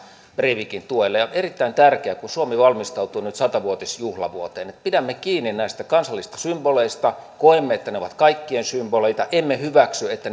breivikin tuelle on erittäin tärkeää kun suomi valmistautuu nyt sata vuotisjuhlavuoteen että pidämme kiinni näistä kansallisista symboleista koemme että ne ovat kaikkien symboleita emme hyväksy että